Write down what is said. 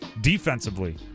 defensively